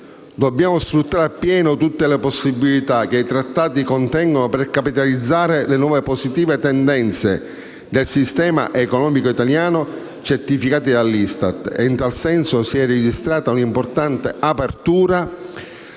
Dobbiamo sfruttare appieno tutte le possibilità che i trattati contengono per capitalizzare le nuove positive tendenze del sistema economico italiano certificate dall'ISTAT e, in tal senso, si è registrata un'importante apertura